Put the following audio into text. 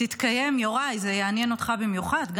זה יעניין אותך במיוחד,